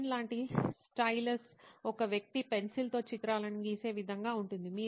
pen లాంటి stylus ఒక వ్యక్తి పెన్సిల్తో చిత్రాలను గీసే విధంగా ఉంటుంది